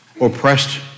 oppressed